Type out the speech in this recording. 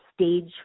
stage